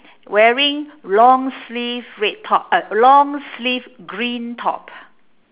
wearing long sleeve red top uh long sleeve green top